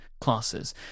classes